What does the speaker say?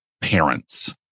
parents